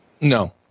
No